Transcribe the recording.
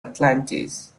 atlantis